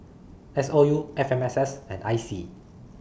S O U F M S S and I C